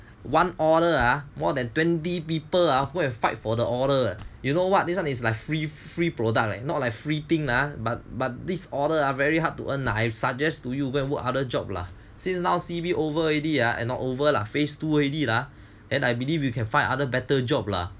one order ah more than twenty people ah go and fight for the order you know what this one is like free free product like not like free thing but this order are very hard to earn I suggest to you go and other job lah since now see C_B over already ah and not over lah phase two already ah and I believe you can find other better job lah